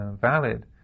valid